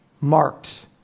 marked